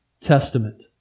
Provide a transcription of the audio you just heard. Testament